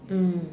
mm